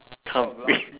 come bed